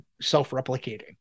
self-replicating